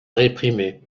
réprimer